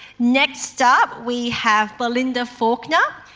next up we have belinda faulkner.